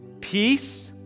peace